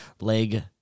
leg